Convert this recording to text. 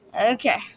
Okay